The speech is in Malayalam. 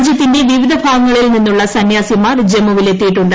രാജ്യത്തിന്റെ വിവിധ ഭാഗങ്ങളിൽ നിന്നുള്ള സന്യാ സിമാർ ജമ്മുവിൽ എത്തിയിട്ടുണ്ട്